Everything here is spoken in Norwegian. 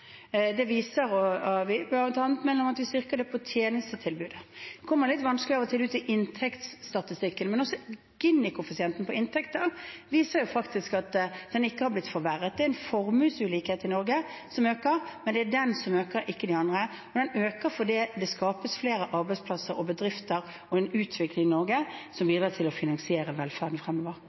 det viser vi bl.a. med at vi styrker tjenestetilbudet. Det kommer av og til litt vanskelig ut i inntektsstatistikkene, men også Gini-koeffisienten på inntekter viser at den ikke har blitt forverret. Det er en formuesulikhet i Norge, som øker, men det er den som øker, ikke de andre. Den øker fordi det skapes flere arbeidsplasser og bedrifter og en utvikling i Norge som bidrar til å finansiere velferden fremover.